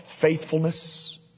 faithfulness